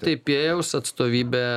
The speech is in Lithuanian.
taipėjaus atstovybė